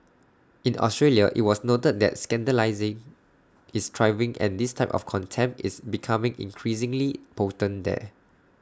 in Australia IT was noted that scandalising is thriving and this type of contempt is becoming increasingly potent there